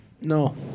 No